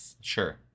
Sure